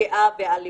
הערבי.